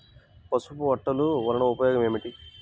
పసుపు అట్టలు వలన ఉపయోగం ఏమిటి?